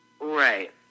Right